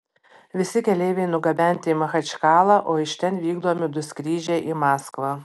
visi keleiviai nugabenti į machačkalą o iš ten vykdomi du skrydžiai į maskvą